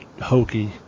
hokey